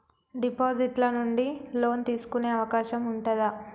Deposit ల నుండి loan తీసుకునే అవకాశం ఉంటదా?